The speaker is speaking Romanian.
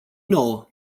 nouă